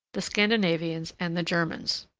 the scandinavians, and the germans.